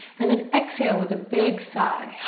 and then exhale with a big sigh.